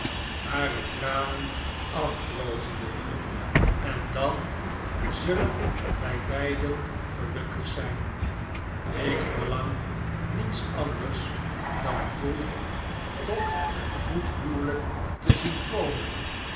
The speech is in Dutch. hare tranen afdrogende en dan zullen w jl barnaby rudge wij beiden gelukkig zijn ik verlang niets anders dan dolly nog tot een goed huwelijk te zien komen